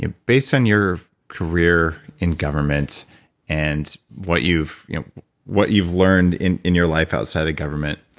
ah based on your career in government and what you've you know what you've learned in in your life outside of government,